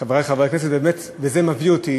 חברי חברי הכנסת, זה מביא אותי